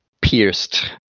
pierced